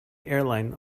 airline